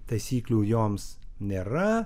taisyklių joms nėra